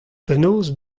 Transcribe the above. penaos